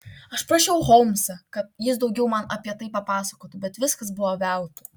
aš prašiau holmsą kad jis daugiau man apie tai papasakotų bet viskas buvo veltui